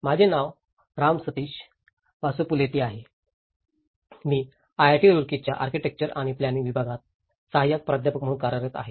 माझे नाव राम सतीश पासुपुलेती आहे मी आयआयटी रुड़कीच्या आर्किटेक्चर अँड प्लानिंग विभागात सहाय्यक प्राध्यापक म्हणून कार्यरत आहे